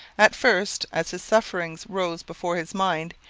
at first, as his sufferings rose before his mind,